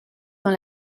dans